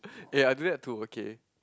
eh I do that too okay